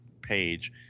page